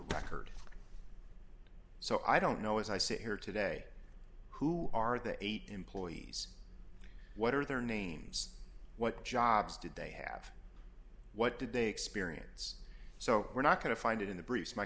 record so i don't know as i sit here today who are the eight employees what are their names what jobs did they have what did they experience so we're not going to find it in the briefs my